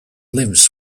lives